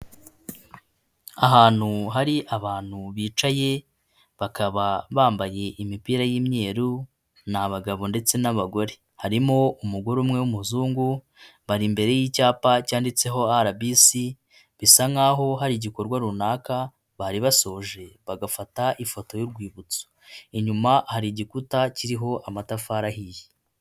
Ahantu hari abantu bicaye, bakaba bambaye imipira y'imyeru, ni abagabo ndetse n'abagore, harimo umugore umwe w'umuzungu bari imbere y'icyapa cyanditseho RBC bisa nk'aho hari igikorwa runaka bari basoje bagafata ifoto y'urwibutso, inyuma hari igikuta kiriho amatafari ahiye.